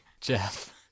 jeff